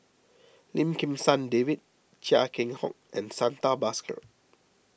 Lim Kim San David Chia Keng Hock and Santha Bhaskar